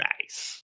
nice